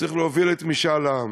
צריך להוביל את משאל העם.